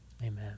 Amen